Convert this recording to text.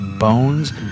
Bones